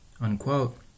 Unquote